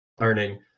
learning